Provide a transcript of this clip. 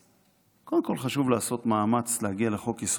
קודם כול חשוב לעשות מאמץ להגיע לחוק-יסוד: